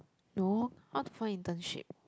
no I want to find internship